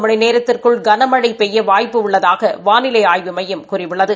மணி நேரத்திற்குள் கனமழை பெய்ய வாய்ப்பு உள்ளதாக வானிலை ஆய்வு மையம் கூறியுள்ளது